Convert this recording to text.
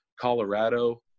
Colorado